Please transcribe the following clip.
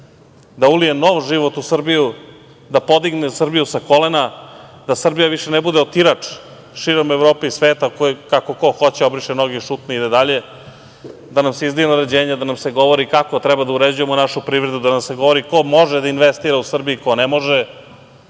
da ulije nov život u Srbiju, da podigne Srbiju sa kolena, da Srbija više ne bude otirač širom Evrope i sveta, kako ko hoće obriše noge i šutne, ide dalje, da nam se izdaju naređenja, da nam se govori kako treba da uređujemo našu privredu, da nam se govori ko može da investira u Srbiji, ko ne može,